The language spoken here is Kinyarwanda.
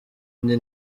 indi